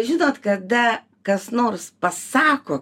žinot kada kas nors pasako